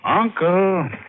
Uncle